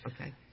Okay